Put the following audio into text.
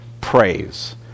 praise